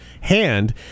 hand